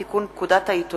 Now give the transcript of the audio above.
תודה.